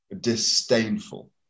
disdainful